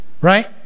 right